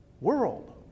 world